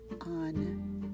on